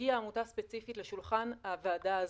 כשתגיע עמותה ספציפית לשולחן הוועדה הזאת,